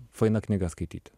faina knyga skaityti